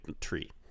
tree